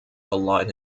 allied